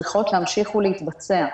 צריכות להמשיך ולהתבצע.